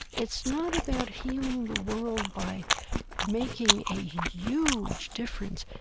it's not about healing the world by making a huge difference.